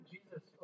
Jesus